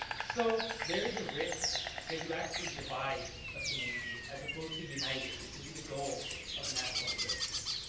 so there is a risk that you actually divide a community as opposed to unite it. which would be the goal of national service.